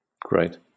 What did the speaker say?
Great